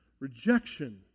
Rejection